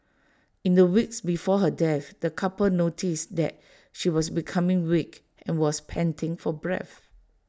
in the weeks before her death the couple noticed that she was becoming weak and was panting for breath